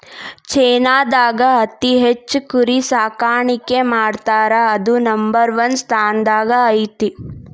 ಚೇನಾದಾಗ ಅತಿ ಹೆಚ್ಚ್ ಕುರಿ ಸಾಕಾಣಿಕೆ ಮಾಡ್ತಾರಾ ಅದು ನಂಬರ್ ಒನ್ ಸ್ಥಾನದಾಗ ಐತಿ